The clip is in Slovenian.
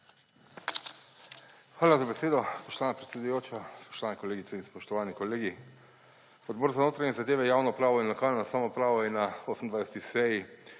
Hvala za besedo, spoštovana predsedujoča. Spoštovane kolegice in spoštovani kolegi! Odbor za notranje zadeve, javno upravo in lokalno samoupravo je na 28. seji